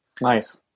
Nice